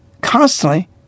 constantly